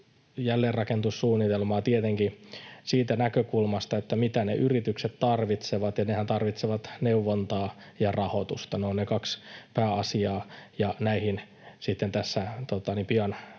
jälleenrakennussuunnitelmaa tietenkin siitä näkökulmasta, mitä ne yritykset tarvitsevat, ja nehän tarvitsevat neuvontaa ja rahoitusta. Ne ovat ne kaksi pääasiaa, ja näihin sitten tässä pian